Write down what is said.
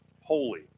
holy